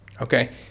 okay